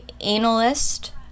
analyst